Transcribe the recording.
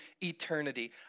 eternity